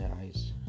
eyes